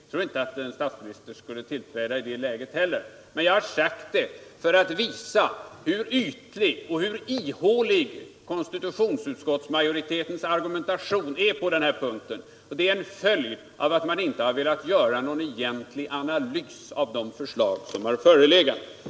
Jag tror inte att en statsminister skulle tillträda ämbetet i det läget, men jag har anfört detta exempel för att visa hur ytlig och ihålig konstitutionsutskottsmajoritetens argumentation är på den här punkten. Det är en följd av att man inte har velat göra någon egentlig analys av de förslag som har förelegat.